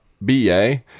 BA